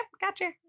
gotcha